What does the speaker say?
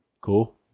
Cool